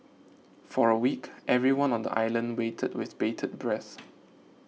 for a week everyone on the island waited with bated breath